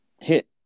hit